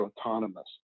autonomous